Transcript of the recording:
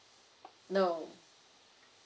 no